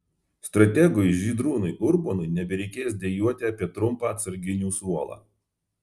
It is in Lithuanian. strategui žydrūnui urbonui nebereikės dejuoti apie trumpą atsarginių suolą